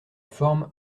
forme